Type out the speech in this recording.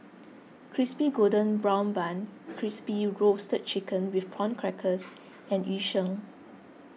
Crispy Golden Brown Bun Crispy Roasted Chicken with Prawn Crackers and Yu Sheng